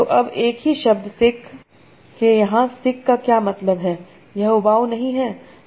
तो अब एक ही शब्द सिक के यहाँ सिक का क्या मतलब है यह उबाऊ नहीं है